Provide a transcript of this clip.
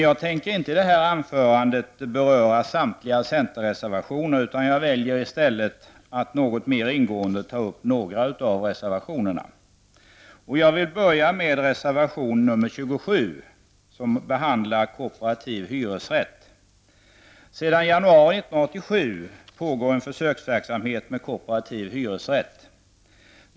Jag tänker inte i det här anförandet beröra samtliga centerreservationer, utan jag väljer i stället att något mer ingående ta upp en del av reservationerna. Jag vill börja med reservation nr 27, som behandlar frågan om kooperativ hyresrätt. Sedan januari 1987 pågår en försöksverksamhet med kooperativ hyresrätt.